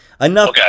Enough